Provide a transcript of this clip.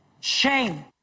Shame